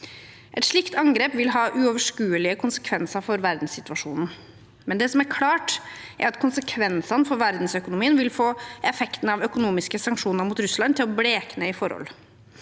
Et slikt angrep vil ha uoverskuelige konsekvenser for verdenssituasjonen. Det som er klart, er at konsekvensene for verdensøkonomien vil få effekten av de økonomiske sanksjonene mot Russland til å blekne i forhold.